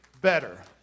better